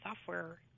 software